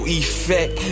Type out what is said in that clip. effect